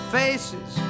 faces